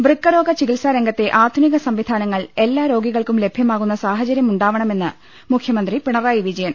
വൃക്കരോഗ ചികിത്സാർംഗത്തെ ആധുനിക സംവി ധാനങ്ങൾ എല്ലാ രോഗികൾക്കും ലഭ്യമാകുന്ന സാഹ ചര്യമുണ്ടാവണമെന്ന് മുഖ്യമന്ത്രി പിണറായി വിജയൻ